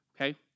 Okay